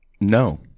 No